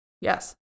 Yes